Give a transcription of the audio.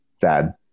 sad